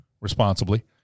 responsibly